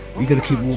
you've got to keep